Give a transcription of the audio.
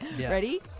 Ready